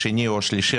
השני והשלישי,